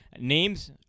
names